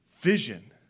vision